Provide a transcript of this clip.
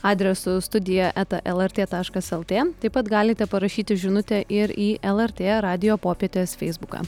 adresu studija eta lrt taškas lt taip pat galite parašyti žinutę ir į lrt radijo popietės feisbuką